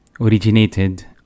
originated